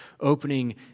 opening